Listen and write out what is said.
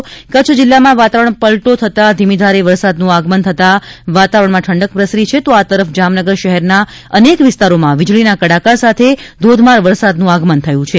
ઉપરાંત કચ્છ જિલ્લામાં વાતાવરણ પલટો થતાં ધીમીધારે વરસાદનું આગમન થતાં વાતાવરણમાં ઠંડક પ્રસરી છે તો આ તરફ જામનગર શહેરના અનેક વિસ્તારોમાં વીજળીના કડાકા સાથે ધોધમાર વરસાદનું આગમન થયું છે